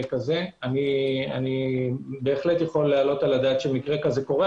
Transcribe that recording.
אני יכול להעלות על הדעת שמקרה כזה קורה,